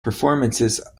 performances